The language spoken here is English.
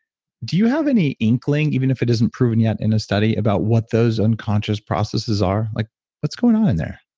do you have any inkling, even if it isn't proven yet in a study, about what those unconscious processes are, like what's going on in there?